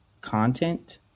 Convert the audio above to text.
content